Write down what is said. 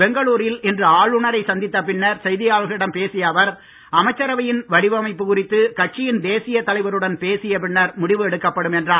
பெங்களூரில் இன்று ஆளுநரை சந்தித்த பின்னர் செய்தியாளர்களிடம் பேசிய அவர் அமைச்சரவையின் வடிவமைப்பு குறித்து கட்சியின் தேசியத் தலைவருடன் பேசிய பின்னர் முடிவு எடுக்கப்படும் என்றார்